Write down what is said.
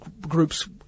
groups